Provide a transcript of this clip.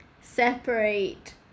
separate